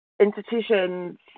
institutions